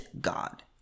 God